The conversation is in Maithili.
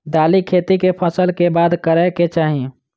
दालि खेती केँ फसल कऽ बाद करै कऽ चाहि?